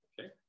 Okay